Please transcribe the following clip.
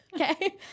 Okay